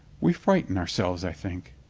we frighten ourselves, i think.